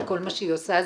וכל מה שהיא עושה,